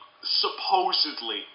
supposedly